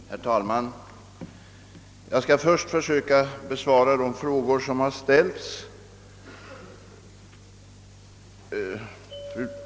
Herr talman! Jag skall först försöka besvara de frågor som ställts till mig.